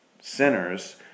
sinners